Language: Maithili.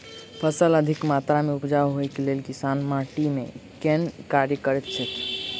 फसल अधिक मात्रा मे उपजाउ होइक लेल किसान माटि मे केँ कुन कार्य करैत छैथ?